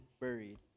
buried